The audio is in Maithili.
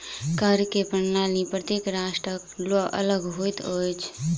कर के प्रणाली प्रत्येक राष्ट्रक अलग होइत अछि